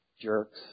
jerks